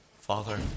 Father